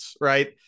right